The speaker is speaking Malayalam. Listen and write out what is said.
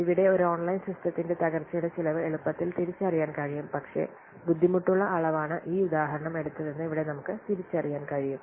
ഇവിടെ ഒരു ഓൺലൈൻ സിസ്റ്റത്തിന്റെ തകർച്ചയുടെ ചിലവ് എളുപ്പത്തിൽ തിരിച്ചറിയാൻ കഴിയും പക്ഷേ ബുദ്ധിമുട്ടുള്ള അളവാണ് ഈ ഉദാഹരണം എടുത്തതെന്ന് ഇവിടെ നമുക്ക് തിരിച്ചറിയാൻ കഴിയും